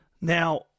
Now